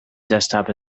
desktop